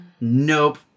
Nope